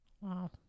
Wow